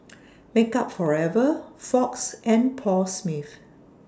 Makeup Forever Fox and Paul Smith